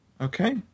okay